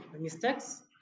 mistakes